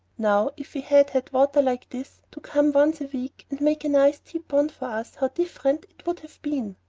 now, if we had had water like this to come once a week, and make a nice deep pond for us, how different it would have been!